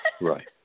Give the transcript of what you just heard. Right